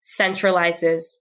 centralizes